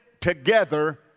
together